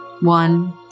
One